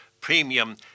premium